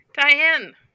Diane